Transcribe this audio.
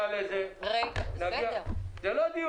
נגיע לזה, זה לא הדיון